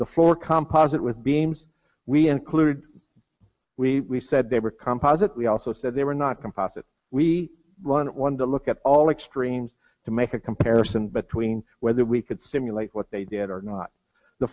the floor composite with beams we included we said they were composite we also said they were not composite we run one to look at all extremes to make a comparison between whether we could simulate what they did or not the